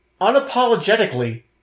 unapologetically